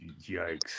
yikes